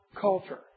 culture